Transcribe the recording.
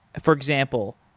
for example,